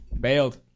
Bailed